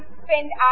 spend